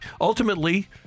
Ultimately